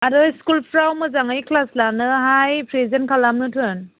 आरो स्कुलफोराव मोजाङै क्लास लानोहाय प्रेडेन्ट खालामनो थिन